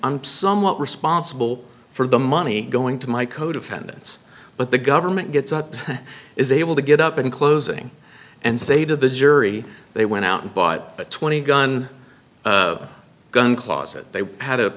i'm somewhat responsible for the money going to my co defendants but the government gets out is able to get up in closing and say to the jury they went out and bought a twenty gun gun closet they